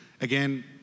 again